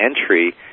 entry